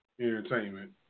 Entertainment